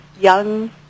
young